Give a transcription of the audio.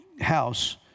house